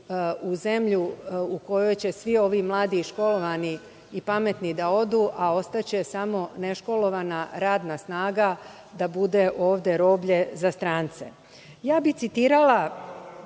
u zemlju u kojoj će svi mladi i školovani i pametni da odu, a ostaće samo neškolovana radna snaga da bude ovde roblje za strance. Citirala